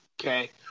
okay